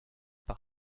par